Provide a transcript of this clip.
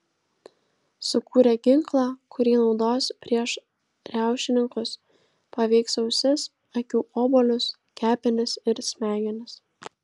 sukūrė ginklą kurį naudos prieš riaušininkus paveiks ausis akių obuolius kepenis ir smegenis